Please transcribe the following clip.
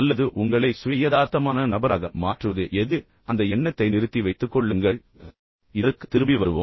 அல்லது உங்களை சுய யதார்த்தமான நபராக மாற்றுவது எது ஆனால் இப்போது அந்த எண்ணத்தை நிறுத்தி வைத்துக் கொள்ளுங்கள் இதற்குத் திரும்பி வருவோம்